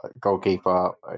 Goalkeeper